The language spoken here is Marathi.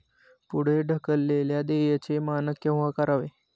पुढे ढकललेल्या देयचे मानक केव्हा करावे?